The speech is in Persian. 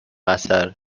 اثر